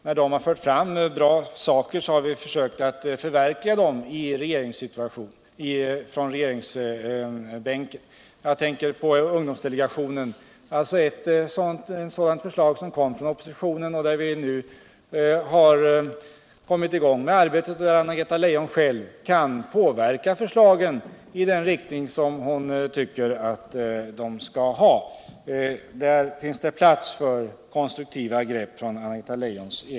När man fört fram bra saker har vi på regeringsbänken försökt förverkliga dem. Jag tänker på ungdomsdelegationen, som tillkom på förslag från oppositionen. Den har nu kommit i gång med arbetet och där kan Anna-Greta Leijon själv på verka förslagen i den riktning hon vill. Där finns det plats för konstruktiva grepp från Anna-Greta Leijon.